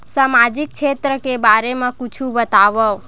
सामाजिक क्षेत्र के बारे मा कुछु बतावव?